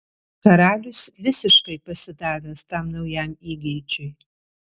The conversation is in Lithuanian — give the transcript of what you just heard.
karalius visiškai pasidavęs tam naujam įgeidžiui